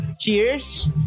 cheers